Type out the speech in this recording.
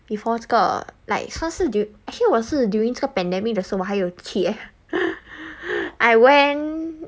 before 这个 like 他是 du~ actually 我是 during 这个 pandemic 的时候我还有去 eh I went